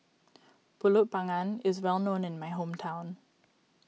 Pulut Panggang is well known in my hometown